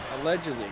allegedly